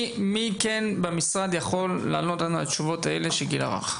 מי כן במשרד יכול לענות לנו על השאלות בנושא הגיל הרך?